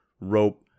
rope